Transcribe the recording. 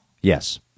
yes